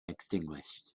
extinguished